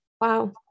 Wow